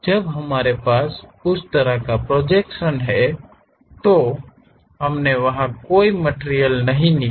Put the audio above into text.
जब हमारे पास उस तरह का प्रोजेक्शन है तो हमने वहां कोई मटिरियल नहीं निकाली